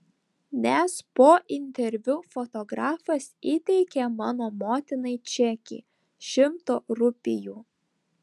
nes po interviu fotografas įteikė mano motinai čekį šimto rupijų